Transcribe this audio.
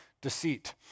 deceit